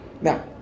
Now